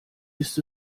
ist